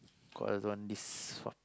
oh I don't want this